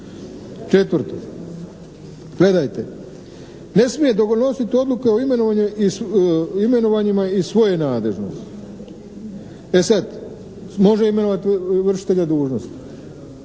Četvrto. Gledajte, ne smije donositi odluke o imenovanjima iz svoje nadležnosti. E sad. Može imenovati vršitelja dužnosti.